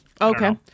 Okay